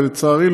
ולצערי,